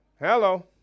Hello